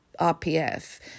RPF